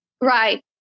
Right